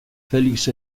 felix